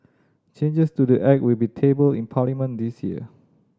changes to the Act will be tabled in Parliament this year